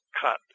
cut